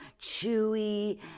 chewy